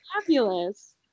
fabulous